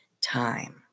time